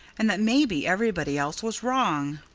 and that maybe everybody else was wrong.